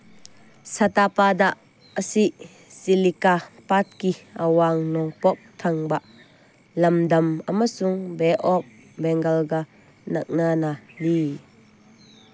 ꯁꯇꯥꯄꯗ ꯑꯁꯤ ꯆꯤꯂꯤꯀꯥ ꯄꯥꯠꯀꯤ ꯑꯋꯥꯡ ꯅꯣꯡꯄꯣꯛ ꯊꯪꯕ ꯂꯝꯗꯝ ꯑꯃꯁꯨꯡ ꯕꯦ ꯑꯣꯞ ꯕꯦꯡꯒꯜꯒ ꯅꯛꯅꯅ ꯂꯩ